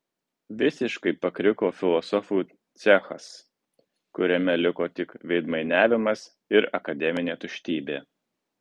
visiškai pakriko filosofų cechas kuriame liko tik veidmainiavimas ir akademinė tuštybė